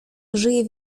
żyje